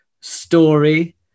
story